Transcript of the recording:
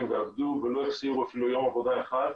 ועבדו ולא החסירו אפילו יום עבודה אחד,